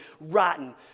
rotten